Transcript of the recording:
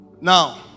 Now